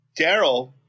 Daryl